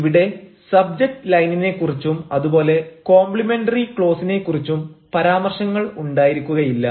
ഇവിടെ സബ്ജക്റ്റ് ലൈനിനെ കുറിച്ചും അതുപോലെ കോംപ്ലിമെന്ററി ക്ലോസിനെ കുറിച്ചും പരാമർശങ്ങൾ ഉണ്ടായിരിക്കുകയില്ല